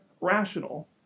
rational